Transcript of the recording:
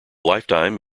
lifetime